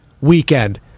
weekend